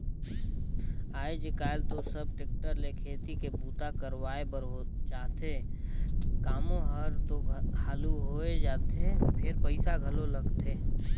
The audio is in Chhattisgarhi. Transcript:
आयज कायल तो सब टेक्टर ले खेती के बूता करवाए बर चाहथे, कामो हर तो हालु होय जाथे फेर पइसा घलो लगथे